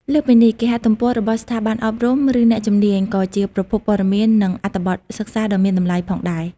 លើសពីនេះ គេហទំព័ររបស់ស្ថាប័នអប់រំ ឬអ្នកជំនាញក៏ជាប្រភពព័ត៌មាន និងអត្ថបទសិក្សាដ៏មានតម្លៃផងដែរ។